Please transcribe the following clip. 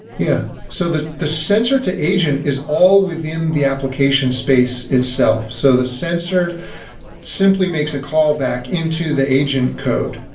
yeah. so the the sensor to the agent is all within the application space itself. so the sensor simply makes a callback into the agent code.